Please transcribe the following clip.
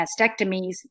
mastectomies